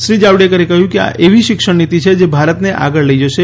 શ્રી જાવડેકરે કહ્યું કે આ એવી શિક્ષણ નીતિ છે જે ભારતને આગળ લઈ જશે